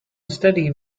steady